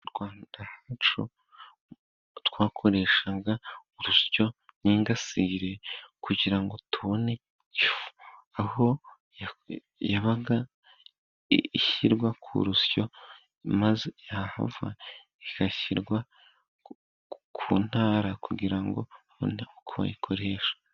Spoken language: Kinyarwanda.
Rwanda yacu twakoreshaga urusyo n'ingasire, kugira ngo tubone ifu, aho yabaga ishyirwa ku rusyo, maze yahava igashyirwa ku ntara kugira ngo babone uko wayikoresha.